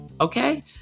Okay